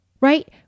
right